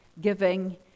giving